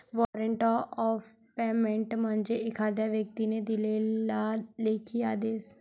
warrant of payment म्हणजे एखाद्या व्यक्तीने दिलेला लेखी आदेश